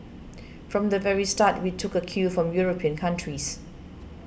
from the very start we took a cue from European countries